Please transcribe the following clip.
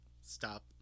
Stop